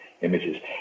images